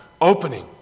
opening